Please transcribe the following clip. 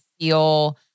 feel